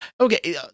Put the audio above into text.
Okay